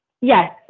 yes